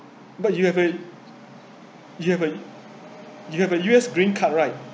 but you have a you have a U_S green card right